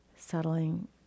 Settling